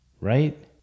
Right